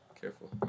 Careful